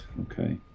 Okay